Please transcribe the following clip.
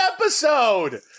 episode